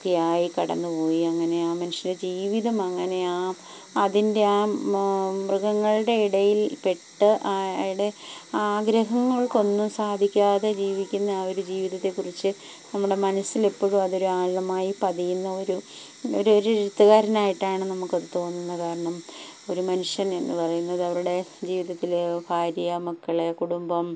ഒക്കെ ആയി കടന്ന് പോയി അങ്ങനെ ആ മനുഷ്യൻ്റെ ജീവിതം അങ്ങനെയാണ് അതിൻ്റെ ആ മൃഗങ്ങളുടെ ഇടയിൽ പെട്ട് അവരുടെ ആഗ്രഹങ്ങൾക്ക് ഒന്നും സാധിക്കാതെ ജീവിക്കുന്ന ആ ഒരു ജീവിതത്തെക്കുറിച്ച് നമ്മുടെ മനസ്സിൽ എപ്പോഴും അതൊരു ആഴമായി പതിയുന്ന ഒരു ഒരു എഴുത്തുകാരനായിട്ടാണ് നമുക്കത് തോന്നുന്നത് കാരണം ഒരു മനുഷ്യൻ എന്ന് പറയുന്നത് അവരുടെ ജീവിതത്തിൽ ഭാര്യ മക്കളെ കുടുംബം